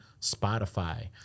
Spotify